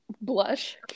blush